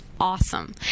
awesome